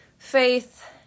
Faith